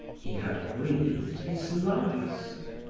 he had breathed his last.